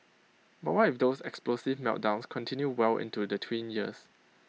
but what if those explosive meltdowns continue well into the tween years